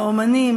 האמנים,